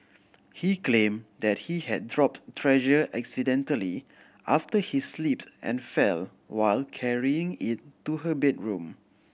he claimed that he had dropped treasure accidentally after he slipped and fell while carrying it to her bedroom